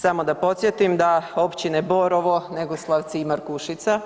samo da podsjetim da Općine Borovo, Negoslavci i Markušica